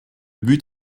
but